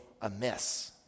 amiss